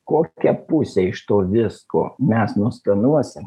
kokią pusę iš to visko mes nuskanuosim